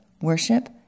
worship